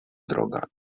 droga